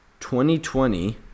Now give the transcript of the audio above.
2020